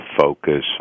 focus